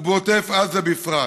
ובעוטף עזה בפרט.